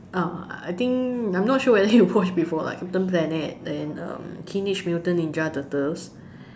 ah I think I'm not sure whether you watched before lah captain planet then um teenage mutant ninja turtles